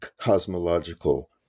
cosmological